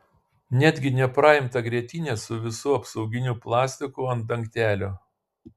netgi nepraimtą grietinę su visu apsauginiu plastiku ant dangtelio